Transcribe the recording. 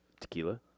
tequila